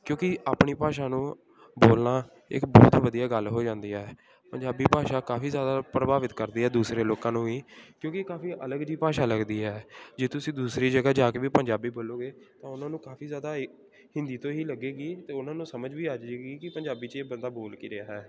ਕਿਉਂਕਿ ਆਪਣੀ ਭਾਸ਼ਾ ਨੂੰ ਬੋਲਣਾ ਇੱਕ ਬਹੁਤ ਵਧੀਆ ਗੱਲ ਹੋ ਜਾਂਦੀ ਹੈ ਪੰਜਾਬੀ ਭਾਸ਼ਾ ਕਾਫੀ ਜ਼ਿਆਦਾ ਪ੍ਰਭਾਵਿਤ ਕਰਦੀ ਹੈ ਦੂਸਰੇ ਲੋਕਾਂ ਨੂੰ ਵੀ ਕਿਉਂਕਿ ਕਾਫੀ ਅਲੱਗ ਜਿਹੀ ਭਾਸ਼ਾ ਲੱਗਦੀ ਹੈ ਜੇ ਤੁਸੀਂ ਦੂਸਰੀ ਜਗ੍ਹਾ ਜਾ ਕੇ ਵੀ ਪੰਜਾਬੀ ਬੋਲੋਗੇ ਤਾਂ ਉਹਨਾਂ ਨੂੰ ਕਾਫੀ ਜ਼ਿਆਦਾ ਇਹ ਹਿੰਦੀ ਤੋਂ ਹੀ ਲੱਗੇਗੀ ਅਤੇ ਉਹਨਾਂ ਨੂੰ ਸਮਝ ਵੀ ਆ ਜਾਏਗੀ ਕਿ ਪੰਜਾਬੀ 'ਚ ਇਹ ਬੰਦਾ ਬੋਲ ਕੀ ਰਿਹਾ